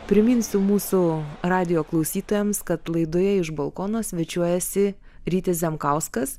priminsiu mūsų radijo klausytojams kad laidoje iš balkono svečiuojasi rytis zemkauskas